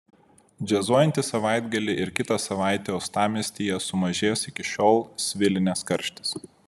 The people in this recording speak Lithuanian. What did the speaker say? džiazuojantį savaitgalį ir kitą savaitę uostamiestyje sumažės iki šiol svilinęs karštis